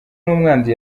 n’umwanzi